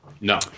No